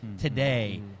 today